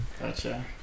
Gotcha